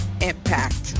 impact